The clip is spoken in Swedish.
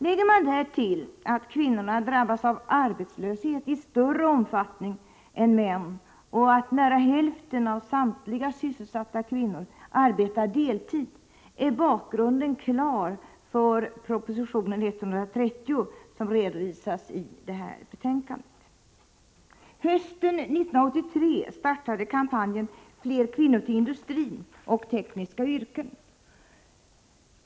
Lägger man därtill att kvinnorna drabbas av arbetslöshet i större omfattning än män och att nära hälften av samtliga sysselsatta kvinnor arbetar deltid, så är bakgrunden klar för proposition 130, som redovisas i detta betänkande. Hösten 1983 startade kampanjen ”Fler kvinnor till industri och tekniska yrken”.